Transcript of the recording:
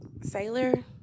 Sailor